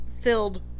filled